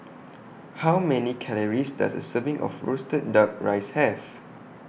How Many Calories Does A Serving of Roasted Duck Rice Have